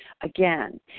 again